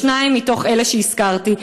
בשניים מתוך אלה שהזכרתי.